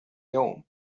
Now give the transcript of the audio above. يوم